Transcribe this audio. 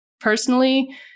personally